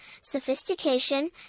sophistication